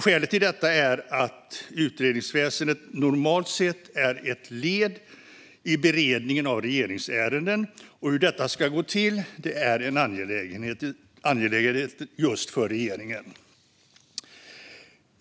Skälet till detta är att utredningsväsendet normalt sett är ett led i beredningen av regeringsärendena, och hur detta ska gå till är en angelägenhet just för regeringen.